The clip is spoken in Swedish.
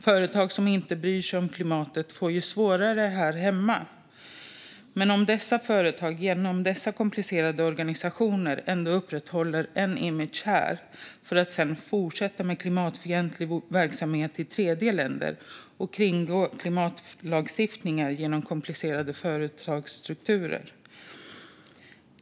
Företag som inte bryr sig om klimatet får det ju svårare här hemma, men hur blir det om dessa företag genom dessa komplicerade organisationer ändå upprätthåller en image här för att sedan fortsätta med klimatfientlig verksamhet i tredjeländer och kringgå klimatlagstiftningar genom komplicerade företagsstrukturer?